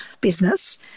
business